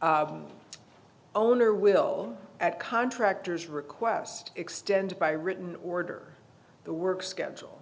y owner will at contractors request extended by written order the work schedule